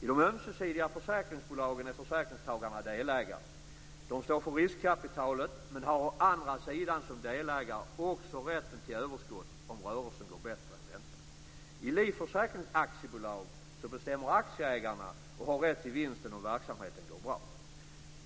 I de ömsesidiga försäkringsbolagen är försäkringstagarna delägare. De står för riskkapitalet, men har å andra sidan som delägare också rätten till överskottet om rörelsen går bättre än väntat. I livförsäkringsaktiebolag bestämmer aktieägarna och har rätt till vinsten om verksamheten går bra.